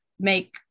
make